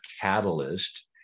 catalyst